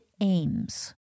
aims